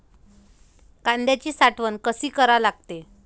कांद्याची साठवन कसी करा लागते?